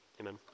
Amen